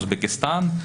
אוזבקיסטן,